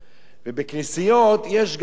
ובכנסיות יש גם לימוד,